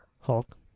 Hulk